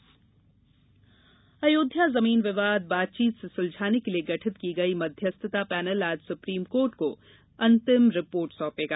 अयोध्या मध्यस्थता पैनल अयोध्या जमीन विवाद बातचीत से सुलझाने के लिए गठित की गई मध्यस्थता पैनल आज सुप्रीम कोर्ट को अंतिम रिपोर्ट सौंपेगा